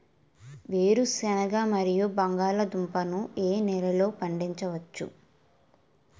వేరుసెనగ మరియు బంగాళదుంప ని ఏ నెలలో పండించ వచ్చు?